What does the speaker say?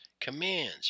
commands